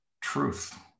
truth